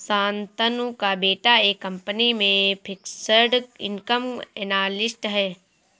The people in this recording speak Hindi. शांतनु का बेटा एक कंपनी में फिक्स्ड इनकम एनालिस्ट है